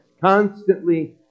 constantly